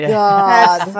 god